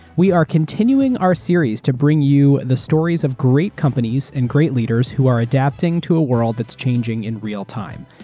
we are continuing our series to bring you the stories of great companies and great leaders who are adapting to a world that's changing in real time.